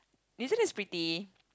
New Zealand is pretty